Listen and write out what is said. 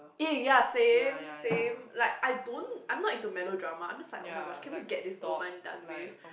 eh ya same same like I don't I'm not into melodrama I'm just like oh-my-gosh can we get this over and done with